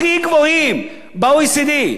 הכי גבוהים ב-OECD,